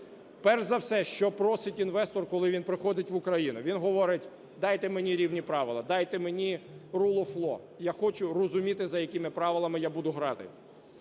Перш за все, що просить інвестор, коли він приходить в Україну, він говорить: "Дайте мені рівні правила, дайте мені rule of law, я хочу розуміти, за якими правилами я буду грати".